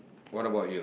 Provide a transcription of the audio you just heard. what about you